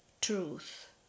truth